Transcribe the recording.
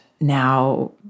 Now